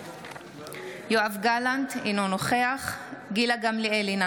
יואב גלנט, אינו נוכח גילה גמליאל, אינה